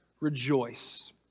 rejoice